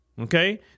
okay